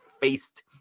faced